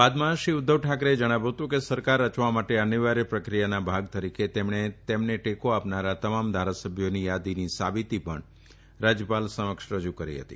બાદમાં શ્રી ઉધ્ધવ ઠાકરેએ જણાવ્યું હતું કે સરકાર રચવા માટે અનિવાર્થ પ્રક્રિયાના ભાગ તરીકે તેમણે તેમને ટેકો આપનારા તમામ ધારાસભ્યોની યાદીની સાબીતી પણ રાજયપાલ સમક્ષ રજુ કરી હતી